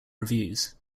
reviews